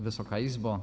Wysoka Izbo!